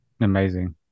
Amazing